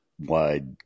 wide